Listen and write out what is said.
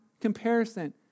comparison